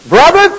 Brother